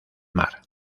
mar